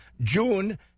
June